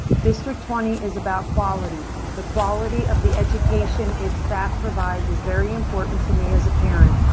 district twenty is about quality. the quality of the education its staff provides is very important to me as a parent.